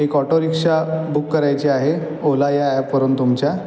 एक autorickshaw book करायची आहे ओला या ॲपवरून तुमच्या